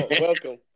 Welcome